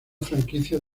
franquicia